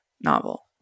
novel